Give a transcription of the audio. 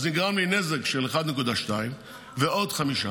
אז נגרם לי נזק של 1.2 ועוד 5,